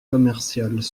commerciales